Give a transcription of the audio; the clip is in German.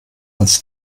als